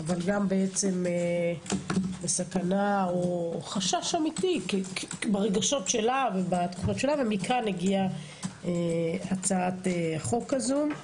אבל זו סכנה או חשש אמיתי ברגשות שלה ומכאן הגיעה הצעת החוק הזו.